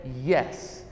yes